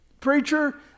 preacher